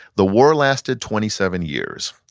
the war lasted twenty seven years.